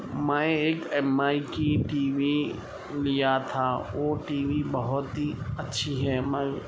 میں ایک M I کی ٹی وی لیا تھا او ٹی وی بہت ہی اچھی ہے مگر